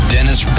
Dennis